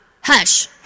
hush